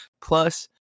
Plus